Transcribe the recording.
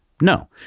No